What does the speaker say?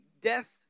death